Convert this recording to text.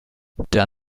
der